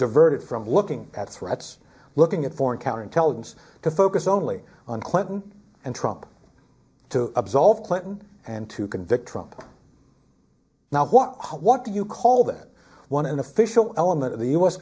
diverted from looking at threats looking at foreign counterintelligence to focus only on clinton and trying to absolve clinton and to convict from now what what do you call that one an official element of the u